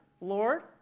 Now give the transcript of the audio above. Lord